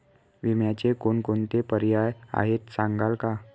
विम्याचे कोणकोणते पर्याय आहेत सांगाल का?